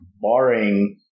barring